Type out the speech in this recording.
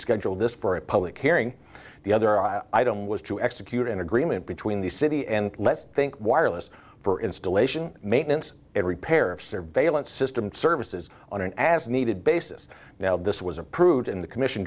schedule this for a public hearing the other i was to execute an agreement between the city and let's think wireless for installation maintenance every pair of surveillance systems services on an as needed basis now this was approved in the commission